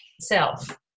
self